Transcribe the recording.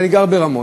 ואני גר ברמות,